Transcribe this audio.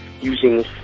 using